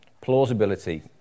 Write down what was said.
Plausibility